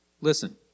Listen